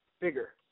bigger